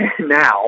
now